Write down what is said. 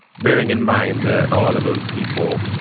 bearing in mind that a lot of those people,